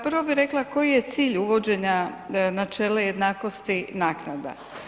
Prvo bi rekla koji je cilj uvođenja načela jednakosti naknada.